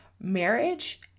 marriage